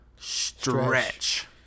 stretch